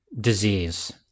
disease